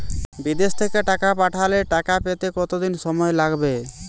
বিদেশ থেকে টাকা পাঠালে টাকা পেতে কদিন সময় লাগবে?